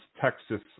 Texas